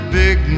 big